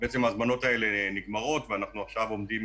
ההזמנות האלה נגמרות ואנחנו עכשיו עומדים